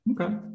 Okay